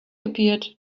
appeared